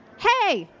hey,